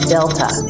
Delta